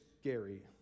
scary